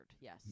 yes